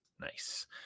nice